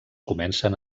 comencen